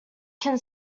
can